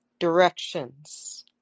directions